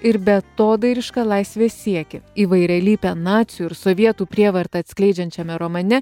ir beatodairišką laisvės siekį įvairialypę nacių ir sovietų prievartą atskleidžiančiame romane